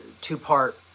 two-part